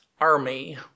army